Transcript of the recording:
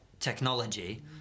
Technology